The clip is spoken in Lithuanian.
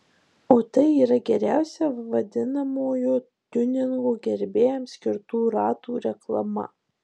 o tai yra geriausia vadinamojo tiuningo gerbėjams skirtų ratų reklama